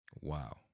Wow